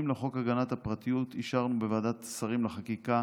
לחוק הגנת הפרטיות אישרנו בוועדת שרים לחקיקה